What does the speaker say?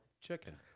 chicken